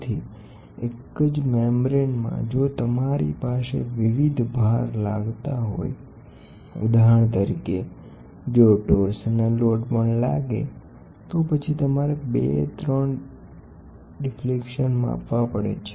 તેથી એક જ સ્તરના મેમ્બરમાં જો તમારી પાસે વિવિધ લોડ્સ હોય ઉદાહરણ તરીકે જો ટોર્સિનલ લોડ લાગે તો પછી તમારે 2 3 ડિફલેક્શન્સ માપવા પડે છે